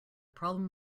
problem